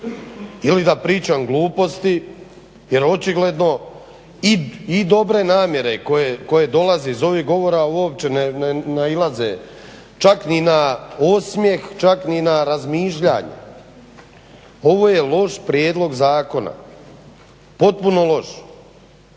ili da pričam gluposti jer očigledno i dobre namjere koje dolaze iz ovih govora uopće ne nailaze čak ni na osmijeh, čak ni na razmišljanje. Ovo je loš prijedlog zakona, potpuno loš.